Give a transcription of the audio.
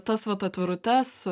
tas vat atvirutes